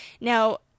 Now